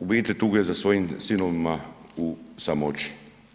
u biti, tuguje za svojim sinovima u samoći.